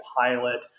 pilot